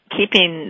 keeping